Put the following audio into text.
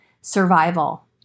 survival